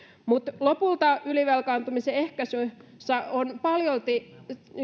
mutta lopulta ylivelkaantumisen ehkäisyssä on paljolti